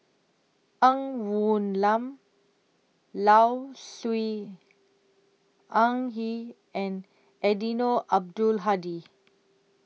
Ng Woon Lam Low Siew Nghee and Eddino Abdul Hadi